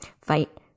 fight